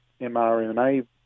mRNA